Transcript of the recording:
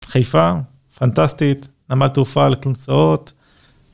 חיפה פנטסטית נמל תעופה על כלונסאות.